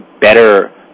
better